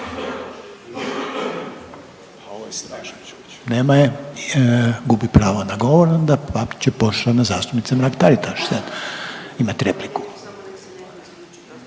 Nema je, gubi pravo na govor, onda pa će poštovana zastupnica Mrak Taritaš sad imat repliku.